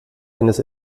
eines